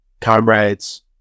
comrades